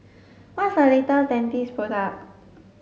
what's the latest Dentiste product